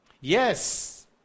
Yes